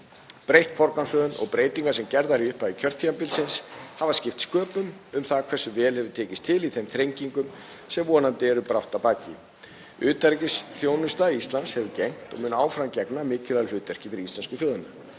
Breytt forgangsröðun og breyting sem gerð var í upphafi kjörtímabilsins hefur skipt sköpum um það hversu vel hefur tekist til í þeim þrengingum sem vonandi eru brátt að baki. Utanríkisþjónusta Íslands hefur gegnt og mun áfram gegna mikilvægu hlutverki fyrir íslensku þjóðina.